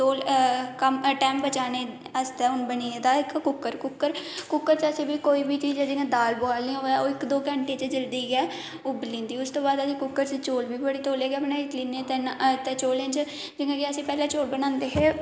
कम time बचाने आस्तै बनी गेदा ऐ कुकर कुकर कुकर च असें बी कोई बी चीज जियां दाल बुआलनी इक दो घंटे च जल्दी गै उब्बली जंदी उस तू बाद कुकर च चौल बी बड़ी तौले गै बनी जंदे जियां कि अस पैहले ंचौल बनांदे हे